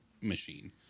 machine